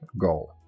goal